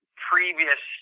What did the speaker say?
previous